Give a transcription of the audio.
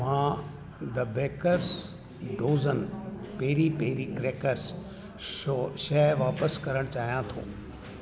मां the baker's dozen peri peri crackers show शइ वापसि करणु चाहियां थो